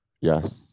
Yes